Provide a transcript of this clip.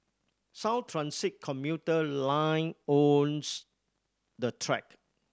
sound transit commuter line owns the track